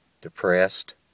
depressed